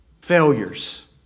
failures